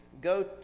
Go